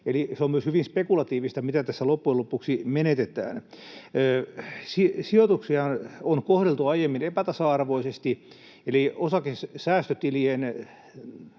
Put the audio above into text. se on myös hyvin spekulatiivista, mitä tässä loppujen lopuksi menetetään. Sijoituksia on kohdeltu aiemmin epätasa-arvoisesti, eli